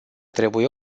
trebuie